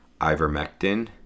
ivermectin